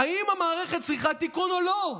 האם המערכת צריכה תיקון או לא?